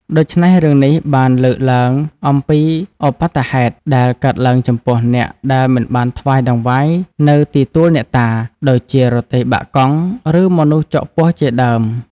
ដូច្នេះរឿងនេះបានលើកឡើងអំពីឧប្បត្តិហេតុដែលកើតឡើងចំពោះអ្នកដែលមិនបានថ្វាយតង្វាយនៅទីទួលអ្នកតា ដូចជារទេះបាក់កង់ ឬមនុស្សចុកពោះជាដើម ។